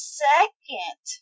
second